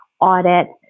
audit